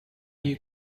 you